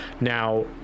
Now